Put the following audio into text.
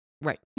Right